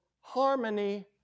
Harmony